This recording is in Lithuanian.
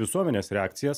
visuomenės reakcijas